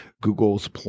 Google's